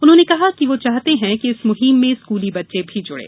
उन्होंने कहा कि वो चाहते हैं कि इस मुहिम में स्कूल बच्चे भी जुड़े